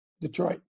Detroit